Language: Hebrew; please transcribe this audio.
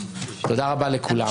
תודה רבה לכולם.